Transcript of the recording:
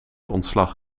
ontslag